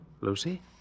Lucy